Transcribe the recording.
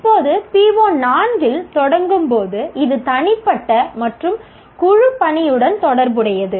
இப்போது PO4 இல் தொடங்கும் போது இது தனிப்பட்ட மற்றும் குழுப்பணியுடன் தொடர்புடையது